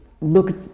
look